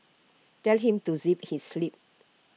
tell him to zip his lip